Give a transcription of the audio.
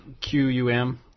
Q-U-M